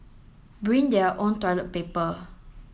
bring their own toilet paper